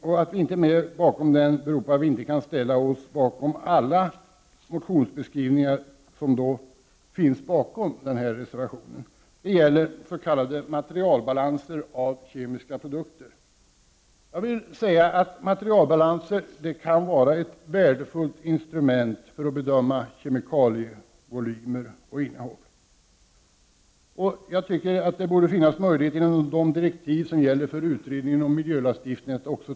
Att vi inte står med i reservationen beror på att vi inte kan ansluta oss till alla de motionsskrivningar som finns bakom reservationen. Det gäller s.k. materialbalanser av kemiska produkter. Materialbalans kan vara ett värdefullt instrument när man skall bedöma kemikalievolymer och innehåll. Det borde finnas möjligheter att ta upp dessa viktiga frågor inom de direktiv som gäller för utredningen om miljölagstiftningen.